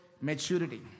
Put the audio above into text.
maturity